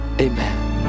Amen